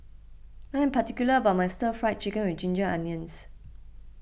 I am particular about my Stir Fried Chicken with Ginger Onions